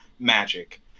magic